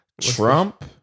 Trump